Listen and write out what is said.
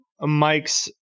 Mike's